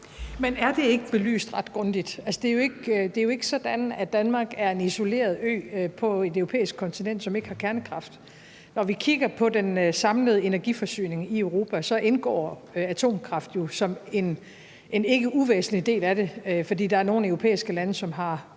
Men er det ikke belyst ret grundigt? Altså, det er jo ikke sådan, at Danmark er en isoleret ø på et europæisk kontinent, som ikke har kernekraft. Når vi kigger på den samlede energiforsyning i Europa, indgår atomkraft jo som en ikke uvæsentlig del af den, fordi der er nogle europæiske lande, som har